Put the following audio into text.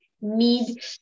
need